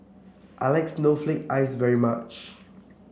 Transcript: I like Snowflake Ice very much